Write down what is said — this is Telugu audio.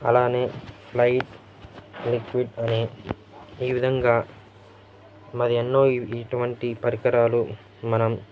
అలానే ఫ్లయిట్ లిక్విడ్ అని ఈ విధంగా మరి ఎన్నో ఇటువంటి పరికరాలు మనం